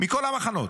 מכל המחנות,